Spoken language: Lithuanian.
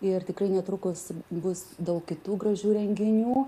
ir tikrai netrukus bus daug kitų gražių renginių